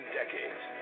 decades